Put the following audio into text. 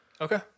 Okay